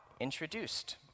introduced